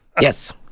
Yes